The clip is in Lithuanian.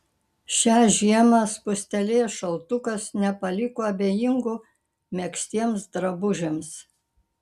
šią žiemą spustelėjęs šaltukas nepaliko abejingų megztiems drabužiams